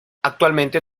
actualmente